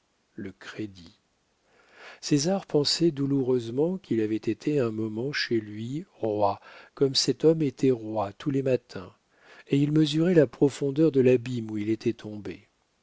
le crédit césar pensait douloureusement qu'il avait été un moment chez lui roi comme cet homme était roi tous les matins et il mesurait la profondeur de l'abîme où il était tombé